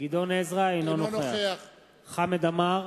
- אינו נוכח חמד עמאר,